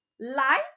light